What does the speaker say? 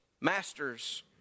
masters